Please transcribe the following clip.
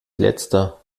letzter